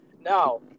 Now –